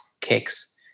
kicks